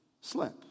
slip